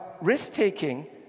risk-taking